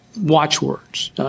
watchwords